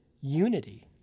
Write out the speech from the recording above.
unity